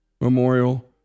memorial